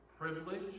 Privilege